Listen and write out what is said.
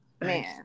Man